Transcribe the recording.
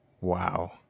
Wow